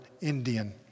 Indian